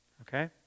Okay